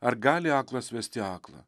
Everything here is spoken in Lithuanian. ar gali aklas vesti aklą